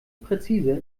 präzise